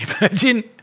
Imagine